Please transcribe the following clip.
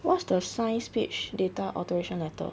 what's the signed speech data authoration letter